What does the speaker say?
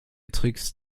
tricks